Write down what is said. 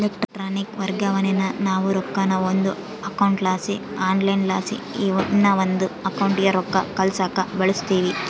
electronic ವರ್ಗಾವಣೇನಾ ನಾವು ರೊಕ್ಕಾನ ಒಂದು ಅಕೌಂಟ್ಲಾಸಿ ಆನ್ಲೈನ್ಲಾಸಿ ಇನವಂದ್ ಅಕೌಂಟಿಗೆ ರೊಕ್ಕ ಕಳ್ಸಾಕ ಬಳುಸ್ತೀವಿ